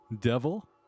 devil